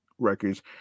records